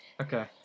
Okay